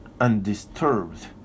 undisturbed